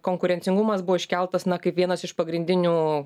konkurencingumas buvo iškeltas na kaip vienas iš pagrindinių